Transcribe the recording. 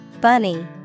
Bunny